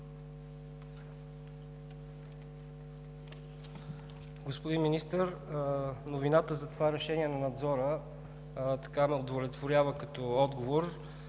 Господин Министър, новината за това решение на надзора ме удовлетворява като отговор.